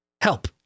Help